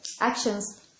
actions